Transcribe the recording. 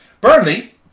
Burnley